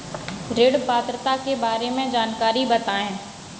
ऋण पात्रता के बारे में जानकारी बताएँ?